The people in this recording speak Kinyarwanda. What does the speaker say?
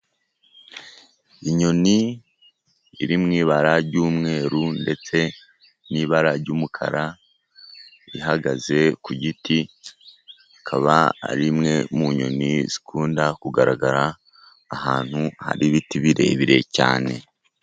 Inyoni iri mu ibara ry’umweru ndetse n’ibara ry’umukara, ihagaze ku giti, ikaba ari imwe mu nyoni zikunda kugaragara ahantu hari ibiti birebire cyane.